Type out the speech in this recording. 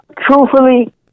truthfully